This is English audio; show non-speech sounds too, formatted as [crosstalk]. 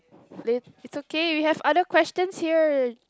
[noise] la~ it's okay we have other questions here